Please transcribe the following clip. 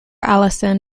allison